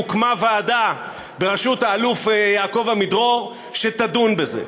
הוקמה ועדה בראשות האלוף יעקב עמידרור שתדון בזה.